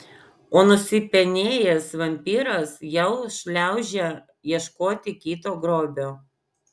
o nusipenėjęs vampyras jau šliaužia ieškoti kito grobio